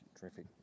Terrific